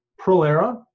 Prolera